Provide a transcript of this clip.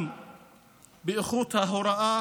גם באיכות ההוראה